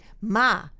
ma